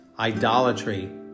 idolatry